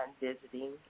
visiting